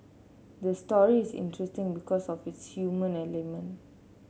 the story is interesting because of its human element